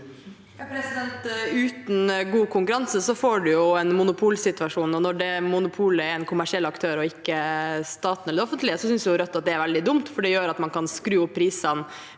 Uten god konkurranse får man en monopolsituasjon, og når det monopolet er en kommersiell aktør og ikke staten eller det offentlige, synes Rødt at det er veldig dumt. Det gjør at man kan skru opp prisene